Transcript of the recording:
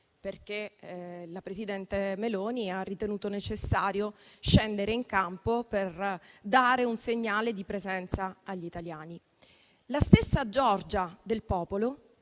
La presidente Meloni ha ritenuto necessario scendere in campo per dare un segnale di presenza agli italiani. La stessa Giorgia del popolo